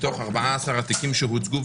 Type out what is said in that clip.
מתוך 14 התיקים שהוצגו,